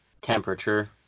temperature